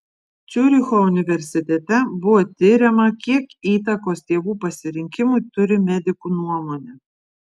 ciuricho universitete buvo tiriama kiek įtakos tėvų pasirinkimui turi medikų nuomonė